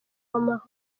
w’amahoro